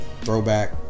Throwback